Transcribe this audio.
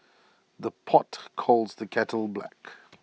the pot calls the kettle black